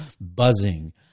buzzing